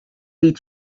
eat